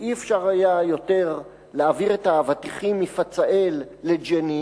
ולא היה אפשר עוד להעביר את האבטיחים מפצאל לג'נין,